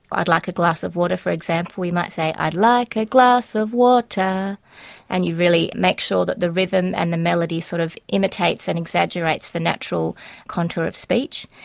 i'd like a glass of water for example, you might say, i'd like a glass of water and you really make sure that the rhythm and the melody sort of imitates and exaggerates the natural contour of speech.